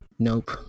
Nope